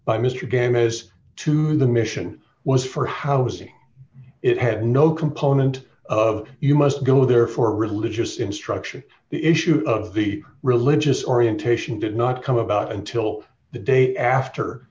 by mr game as to the mission was for housing it had no component of you must go there for religious instruction the issue of the religious orientation did not come about until the day after